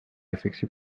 effectue